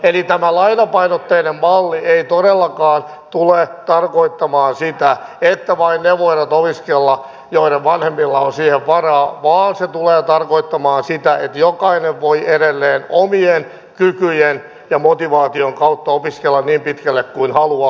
eli tämä lainapainotteinen malli ei todellakaan tule tarkoittamaan sitä että vain ne voivat opiskella joiden vanhemmilla on siihen varaa vaan se tulee tarkoittamaan sitä että jokainen voi edelleen omien kykyjen ja motivaation kautta opiskella niin pitkälle kuin haluaa